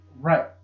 Right